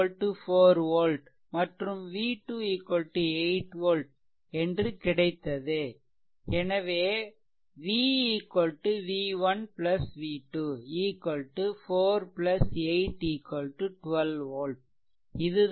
v1 4 volt மற்றும் v2 8 volt என்று கிடைத்தது எனவே v v1 v2 4 8 12 volt